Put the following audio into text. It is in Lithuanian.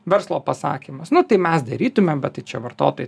verslo pasakymas nu tai mes darytume bet tai čia vartotojai